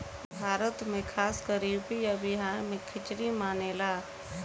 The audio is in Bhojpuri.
भारत मे खासकर यू.पी आ बिहार मे खिचरी मानेला